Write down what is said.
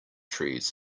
trees